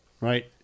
right